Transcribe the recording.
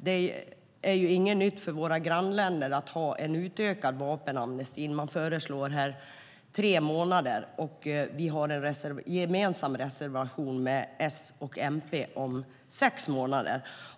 är det inget nytt för våra grannländer att ha en utökad vapenamnesti. Här föreslår man tre månader, och vi har en gemensam reservation med S och MP om sex månader.